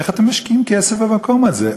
איך אתם משקיעים כסף במקום הזה?